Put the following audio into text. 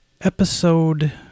episode